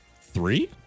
three